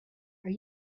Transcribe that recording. are